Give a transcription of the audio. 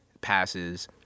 passes